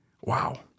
Wow